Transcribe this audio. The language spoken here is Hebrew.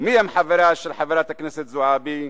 ומיהם חבריה של חברת הכנסת זועבי?